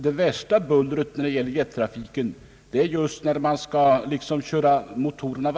Det värsta bullret från jettrafiken uppstår ju vid varmkörning av motorerna.